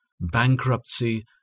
Bankruptcy